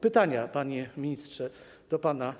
Pytania, panie ministrze, do pana.